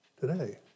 today